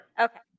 Okay